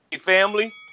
family